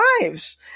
lives